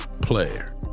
Player